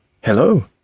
Hello